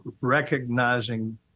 recognizing